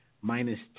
minus